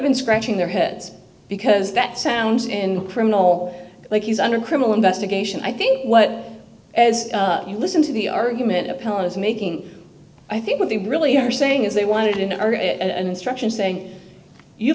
be scratching their heads because that sounds in criminal like he's under criminal investigation i think what as you listen to the argument opponent is making i think what they really are saying is they wanted an hour and instruction saying you've